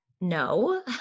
no